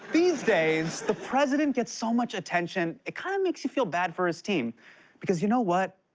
these days, the president gets so much attention, it kind of makes you feel bad for his team because you know what?